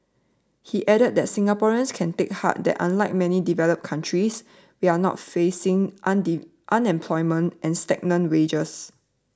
he added that Singaporeans can take heart that unlike many developed countries we are not facing unemployment and stagnant wages